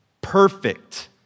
Perfect